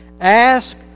Ask